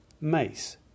Mace